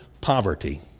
poverty